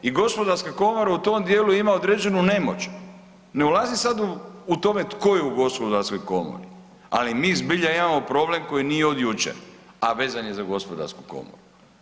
I gospodarska komora u tom dijelu ima određenu nemoć, ne ulazim sad u tome tko je u gospodarskoj komori, ali mi zbilja imamo problem koji nije od jučer, a vezan je za gospodarsku komoru.